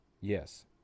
Yes